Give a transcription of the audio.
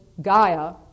Gaia